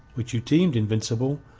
which you deemed invincible,